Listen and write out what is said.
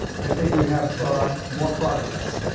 i think we'd have more progress,